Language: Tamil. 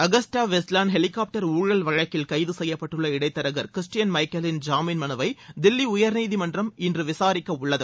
அகஸ்டா வெஸ்ட் லேன்ட் ஹெலிக்காப்டர் ஊழல் வழக்கில் கைது செய்யப்பட்டுள்ள இடை தரகர் கிறிஸ்டியன் மைக்கேலின் ஜாமின் மலுவை தில்லி உயர்நிதிமன்றம் இன்று விசாரிக்க உள்ளது